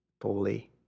fully